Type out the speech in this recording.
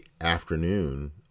afternoon